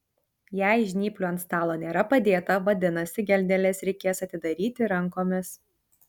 jei žnyplių ant stalo nėra padėta vadinasi geldeles reikės atidaryti rankomis